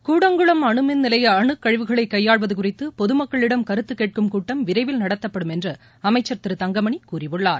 கூடங்குளம் அனுமின் நிலைய அனுக்கழிவுகளை கையாள்வது குறித்து பொதுமக்களிடம் கருத்து கேட்கும் கூட்டம் விரைவில் நடத்தப்படும் என்று அமைச்சர் திரு தங்கமணி கூறியுள்ளார்